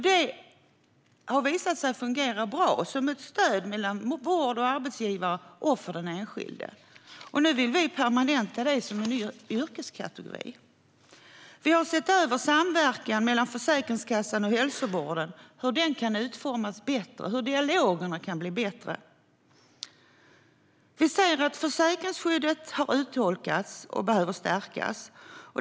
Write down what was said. De har visat sig fungera bra som ett stöd mellan vård och arbetsgivare för den enskilde. Nu vill vi permanenta detta som en yrkeskategori. Vi har sett över hur samverkan mellan Försäkringskassan och hälsovården kan utformas bättre och hur dialogerna kan bli bättre. Vi ser att försäkringsskyddet har urholkats och behöver stärkas.